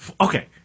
Okay